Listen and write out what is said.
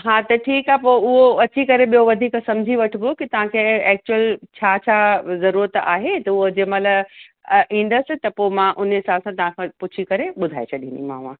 हा त ठीकु आहे पोइ उहो अची करे ॿियो वधीक सम्झी वठिबो की तव्हांखे एक्चुअल छा छा ज़रूरत आहे त उहो जंहिंमहिल इंदसि त पोइ मां उन हिसाब सां तव्हांखे पुछी करे ॿुधाए छॾींदीमाव